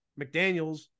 McDaniels